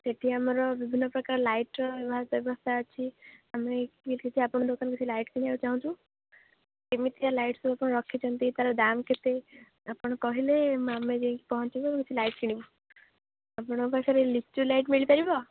ସେଇଠି ଆମର ବିଭିନ୍ନ ପ୍ରକାର ଲାଇଟ୍ର ବ୍ୟବସ୍ଥା ଅଛି ଆମେ କିଛି ଆପଣଙ୍କ ଦୋକାନରୁ ସେହି ଲାଇଟ୍ କିଣିବାକୁ ଚାହୁଁଛୁ କେମିତିଆ ଲାଇଟ୍ ସବୁ ଆପଣ ରଖିଛନ୍ତି ତା'ର ଦାମ କେତେ ଆପଣ କହିଲେ ଆମେ ଯାଇକି ପହଞ୍ଚିବୁ କିଛି ଲାଇଟ୍ କିଣିବୁ ଆପଣଙ୍କ ପାଖରେ ଲିଚୁ ଲାଇଟ୍ ମିଳି ପାରିବ